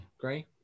Gray